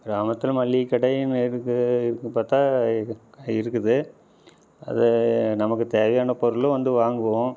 கிராமத்தில் மளிகைக் கடையும் இருக்குது இருக்குதுனு பார்த்தா இருக் இருக்குது அது நமக்குத் தேவையான பொருளும் வந்து வாங்குவோம்